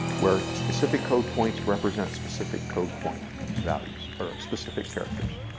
where specific code points represent specific code point values or specific characters.